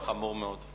חמור מאוד.